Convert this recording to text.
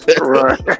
Right